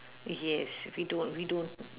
yes we don't we don't